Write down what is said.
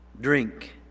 drink